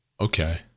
Okay